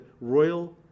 royal